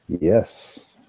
Yes